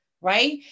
right